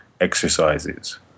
exercises